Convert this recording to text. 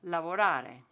Lavorare